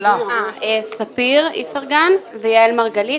ספיר איפרגן ויעל מרגלית.